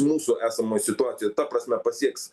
mūsų esamoj situacijoj ta prasme pasieks